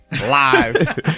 live